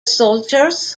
soldiers